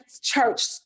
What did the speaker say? church